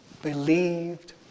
Believed